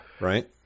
right